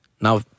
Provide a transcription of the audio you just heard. now